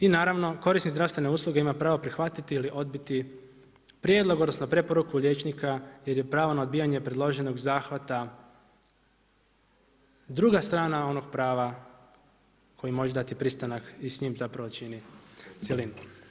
I naravno, korisnik zdravstvene usluge ima pravo prihvatiti ili odbiti prijedlog odnosno preporuku liječnika jer je pravo na odbijanje predloženog zahvata druga strana onog prava koje može dati pristanak i s njim zapravo čini cjelinu.